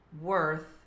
worth